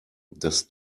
dass